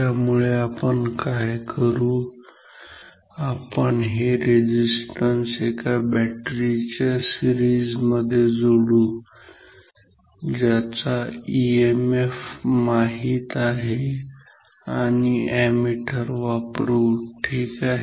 त्यामुळे आपण काय करू आपण हे रेझिस्टन्स एका बॅटरीच्या सिरीज मध्ये जोडू ज्याचा ईएमएफ माहित आहे आणि एक अॅमीटर वापरू ठीक आहे